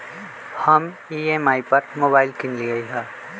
हम ई.एम.आई पर मोबाइल किनलियइ ह